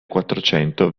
quattrocento